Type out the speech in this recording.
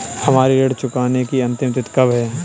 हमारी ऋण चुकाने की अंतिम तिथि कब है?